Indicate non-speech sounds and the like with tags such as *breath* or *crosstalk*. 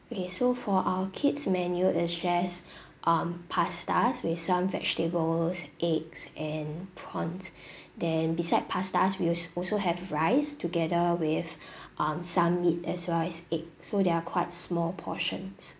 okay so for our kids menu is just *breath* um pastas with some vegetables eggs and prawns *breath* then beside pastas we al~ also have rice together with *breath* um some meat as well as egg so they're quite small portions